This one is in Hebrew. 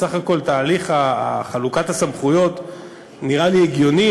בסך הכול תהליך חלוקת הסמכויות נראה לי הגיוני.